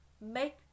make